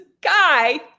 guy